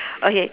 okay